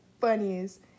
funniest